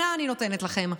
שנה אני נותנת לכם,